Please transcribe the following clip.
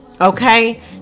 okay